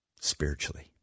Spiritually